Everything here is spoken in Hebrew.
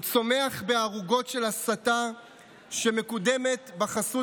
הוא צומח בערוגות של הסתה שמקודמת בחסות